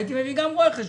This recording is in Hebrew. הייתי מביא גם רואה חשבון.